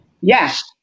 Yes